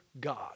God